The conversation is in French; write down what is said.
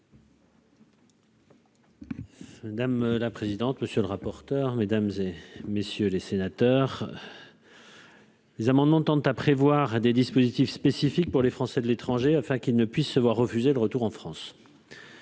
Madame la présidente, monsieur le rapporteur, mesdames et messieurs les sénateurs. Les amendements tendent à prévoir à des dispositifs spécifiques pour les Français de l'étranger afin qu'ils ne puissent se voir refuser le retour en France.